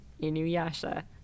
Inuyasha